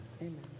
Amen